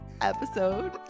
episode